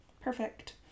Perfect